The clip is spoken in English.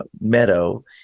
meadow